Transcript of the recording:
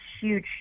huge